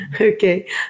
Okay